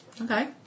Okay